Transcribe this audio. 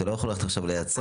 אתה לא יכול ללכת עכשיו ליצרן.